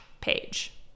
page